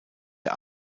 der